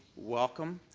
welcome.